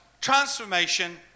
transformation